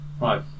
right